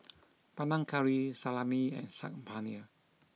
Panang Curry Salami and Saag Paneer